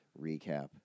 recap